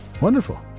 Wonderful